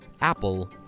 apple